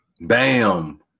Bam